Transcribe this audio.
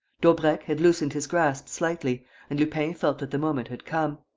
daubrecq had loosened his grasp slightly and lupin felt that the moment had come.